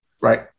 right